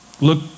look